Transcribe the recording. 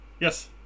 Yes